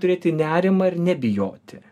turėti nerimą ir nebijoti